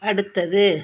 அடுத்தது